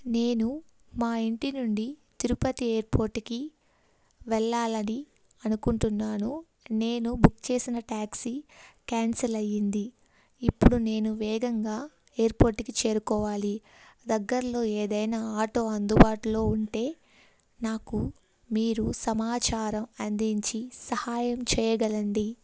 నేను మా ఇంటి నుండి తిరుపతి ఎయిర్పోర్ట్కి వెళ్ళాలని అనుకుంటున్నాను నేను బుక్ చేసిన ట్యాక్సీ క్యాన్సల్ అయ్యింది ఇప్పుడు నేను వేగంగా ఎయిర్పోర్ట్కి చేరుకోవాలి దగ్గరలో ఏదైనా ఆటో అందుబాటులో ఉంటే నాకు మీరు సమాచారం అందించి సహాయం చేయగలండి